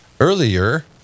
earlier